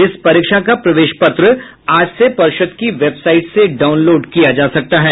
इस परीक्षा के प्रवेश पत्र आज से पर्षद की वेबसाइट से लाउनलोड किया जा सकता है